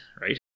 right